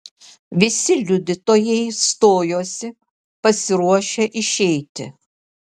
visi liudytojai stojosi pasiruošę išeiti